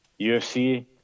UFC